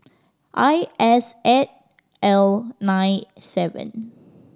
I S eight L nine seven